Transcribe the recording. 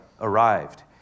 arrived